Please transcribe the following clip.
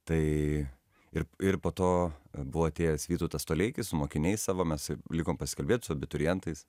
tai ir ir po to buvo atėjęs vytautas toleikis su mokiniais savo mes likom pasikalbėt su abiturientais